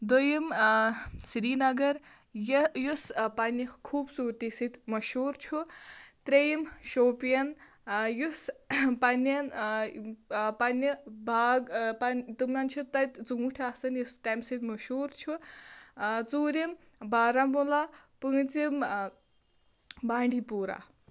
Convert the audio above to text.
دوٚیِم سریٖنگر یہِ یُس پَنٕنہِ خوبصوٗرتی سۭتۍ مشہوٗر چھُ ترٛیٚیِم شوپیَن آ یُس پَنٕنٮ۪ن پَنٕنہِ باغ آ تِمَن چھُ تَتہِ ژۅنٛٹھۍ آسان یُس تَمہِ سۭتۍ مشہوٗر چھُ آ ژوٗرِم باراہموٗلا پٲنٛژِم بانٛڈی پوٗرا